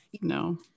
no